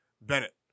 Bennett